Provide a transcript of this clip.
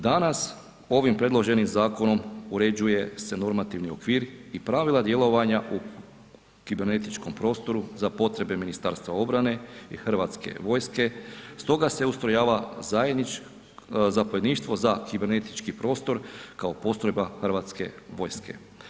Danas ovim predloženim zakonom uređuje se normativni okvir i pravila djelovanja u kibernetičkom prostoru za potrebe Ministarstva obrane i Hrvatske vojske, stoga se ustrojava zapovjedništvo za kibernetički prostor kao postrojba Hrvatske vojske.